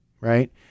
right